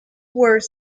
were